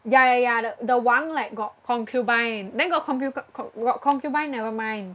ya ya ya the the 王 like got concubine then got concu~ con~ got concubine nevermind